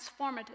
transformative